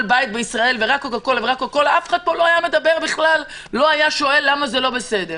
בית בישראל ורק קוקה קולה אף אחד לא היה שואל בכלל למה זה לא בסדר.